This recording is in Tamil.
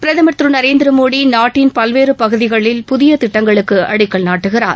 பிரதமர் திரு நரேந்திரமோடி நாட்டின் பல்வேறு பகுதிகளில் புதிய திட்டங்களுக்கு அடிக்கல் நாட்டுகிறார்